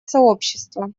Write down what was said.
сообщества